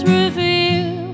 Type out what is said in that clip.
reveal